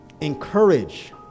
encourage